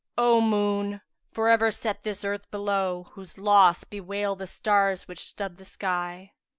o moon for ever set this earth below, whose loss bewail the stars which stud the sky!